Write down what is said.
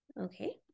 Okay